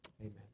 Amen